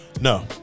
No